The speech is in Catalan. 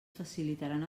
facilitaran